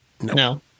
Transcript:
no